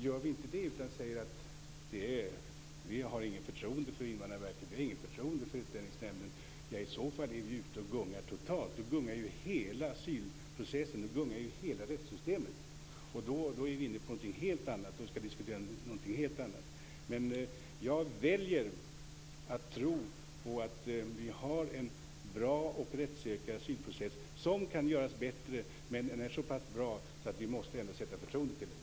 Gör vi inte det utan säger att vi inte har något förtroende för Invandrarverket eller för Utlänningsnämnden är vi ute och gungar totalt. Då gungar ju hela asylprocessen och hela rättssystemet. Då är vi inne på något helt annat och diskussionen blir en helt annan. Men jag väljer att tro på att vi har en bra och rättssäker asylprocess. Den kan göras bättre, men den är så pass bra att vi ändå måste sätta förtroende till den.